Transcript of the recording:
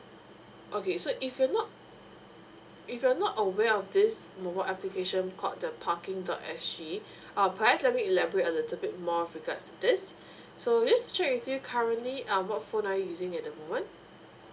okay so if you're not if you're not aware of this mobile application called the parking dot S G uh perhaps let me elaborate a little bit more with regards this so just check with you currently uh what phone are you using at the moment